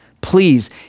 Please